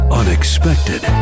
unexpected